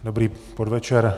Dobrý podvečer.